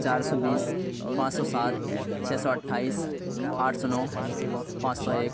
چار سو بیس پانچ سو سات چھ سو اٹھائیس آٹھ سو نو پانچ سو ایک